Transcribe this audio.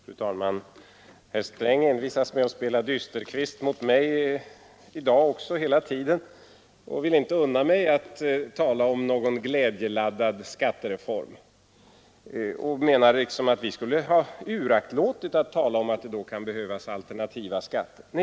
Fru talman! Herr Sträng envisas med att spela Dysterkvist mot mig i dag och vill inte unna mig att tala om någon glädjeladdad skattereform. Han menar att vi skulle ha uraktlåtit att tala om att det kan behövas alternativa skatter.